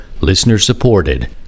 listener-supported